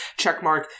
Checkmark